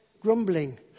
grumbling